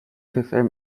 system